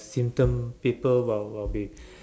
symptom people will will be